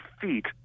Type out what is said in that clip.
feet